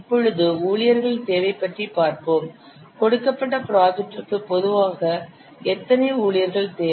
இப்பொழுது ஊழியர்களின் தேவை பற்றி பார்ப்போம் கொடுக்கப்பட்ட ப்ராஜெக்டிற்கு பொதுவாக எத்தனை ஊழியர்கள் தேவை